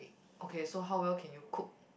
okay so how well can you cook